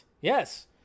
Yes